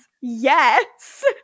yes